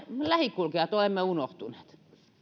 lähikulkijat olemme unohtuneet